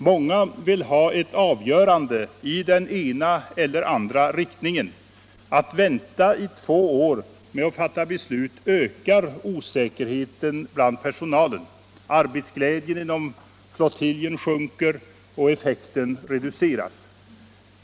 Många vill ha ett avgörande i den ena eller andra riktningen. Att vänta i två år med att fatta beslut ökar osäkerheten bland personalen. Arbetsglädjen inom flottiljen sjunker och effekten reduceras.